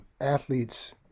athletes